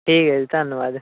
ਠੀਕ ਹੈ ਜੀ ਧੰਨਵਾਦ